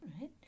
right